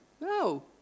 No